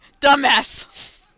dumbass